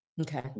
Okay